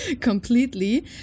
completely